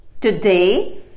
Today